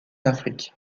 afrique